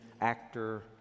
actor